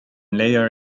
later